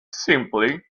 simply